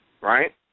Right